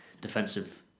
defensive